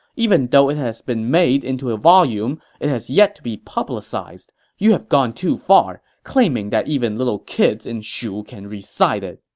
even though it has been made into a volume, it has yet to be publicized. you've gone too far, claiming that even little kids in shu can recite it!